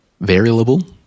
variable